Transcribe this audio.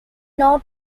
not